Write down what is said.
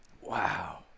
Wow